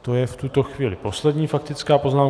To je v tuto chvíli poslední faktická poznámka.